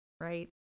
right